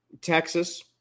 Texas